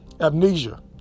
amnesia